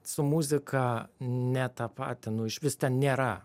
su muzika netapatinu išvis ten nėra